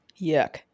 Yuck